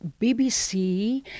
BBC